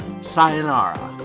Sayonara